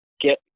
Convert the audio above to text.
get